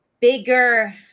bigger